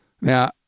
Now